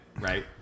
right